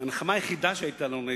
הנחמה היחידה שהיתה לנו,